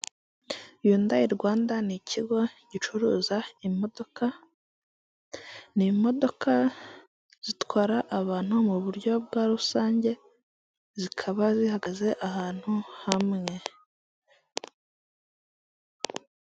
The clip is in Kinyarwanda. Yundayi Rwanda ni ikigo gicuruza imodoka ni imodoka zitwara abantu mu buryo bwa rusange zikaba zihagaze ahantu hamwe.